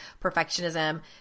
perfectionism